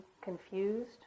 confused